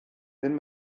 ddim